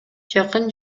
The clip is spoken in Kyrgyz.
жакын